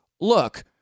look